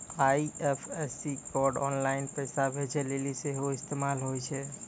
IFSC code online पैसा भेजै लेली सेहो इस्तेमाल होय छै